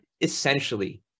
essentially